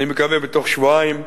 אני מקווה בתוך שבועיים,